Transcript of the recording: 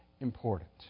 important